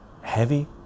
heavy